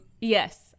Yes